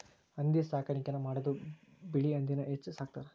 ಹಂದಿ ಸಾಕಾಣಿಕೆನ ಮಾಡುದು ಬಿಳಿ ಹಂದಿನ ಹೆಚ್ಚ ಸಾಕತಾರ